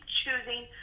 choosing